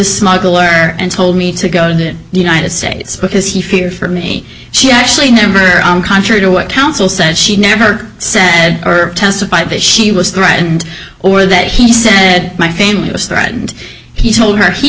smuggler and told me to go to the united states because he feared for me she actually contrary to what counsel said she never said or testified that she was threatened or that he said my family was threatened he told her he